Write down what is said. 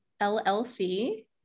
LLC